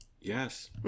Yes